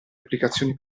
applicazioni